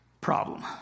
Problem